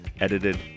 edited